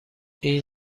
این